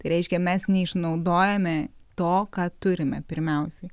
tai reiškia mes neišnaudojome to ką turime pirmiausiai